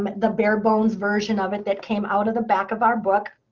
um the bare bones version of it that came out of the back of our book.